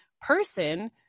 person